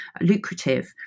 lucrative